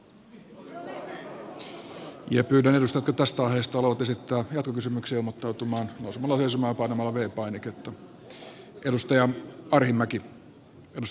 pyydän edustajia jotka tästä aiheesta haluavat esittää jatkokysymyksiä ilmoittautumaan nousemalla seisomaan ja painamalla v painiketta